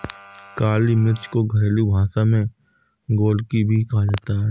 काली मिर्च को घरेलु भाषा में गोलकी भी कहा जाता है